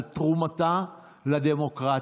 ועל תרומתה לדמוקרטיה.